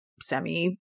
semi